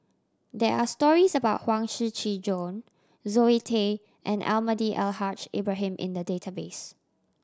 there are stories about Huang Shiqi Joan Zoe Tay and Almahdi Al Haj Ibrahim in the database